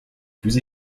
plus